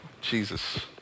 Jesus